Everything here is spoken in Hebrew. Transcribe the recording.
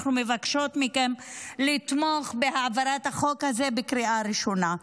אנחנו מבקשות מכם לתמוך בהעברת החוק הזה בקריאה ראשונה.